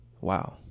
Wow